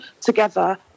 together